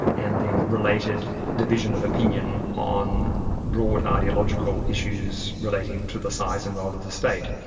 and the related division of opinion on broad ideological issues relating to the size and role of the state.